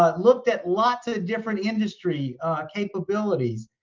ah looked at lots of different industry capabilities.